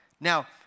Now